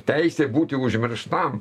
teisė būti užmirštam